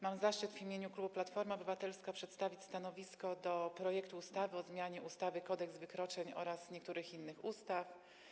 Mam zaszczyt w imieniu klubu Platforma Obywatelska przedstawić stanowisko wobec projektu ustawy o zmianie ustawy Kodeks wykroczeń oraz niektórych innych ustaw.